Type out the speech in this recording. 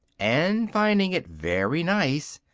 and finding it very nice,